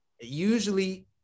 usually